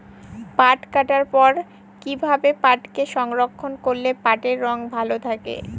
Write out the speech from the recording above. পাট কাটার পর কি ভাবে পাটকে সংরক্ষন করলে পাটের রং ভালো থাকে?